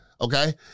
okay